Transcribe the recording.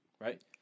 right